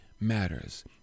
matters